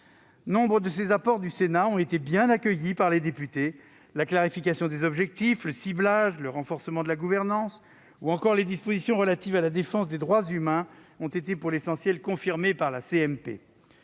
Nombre de ces apports du Sénat ont été bien accueillis par les députés : la clarification des objectifs, le ciblage, le renforcement de la gouvernance ou encore les dispositions relatives à la défense des droits humains ont été, pour l'essentiel, confirmés par la